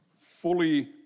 fully